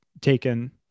taken